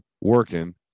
working